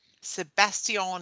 Sebastian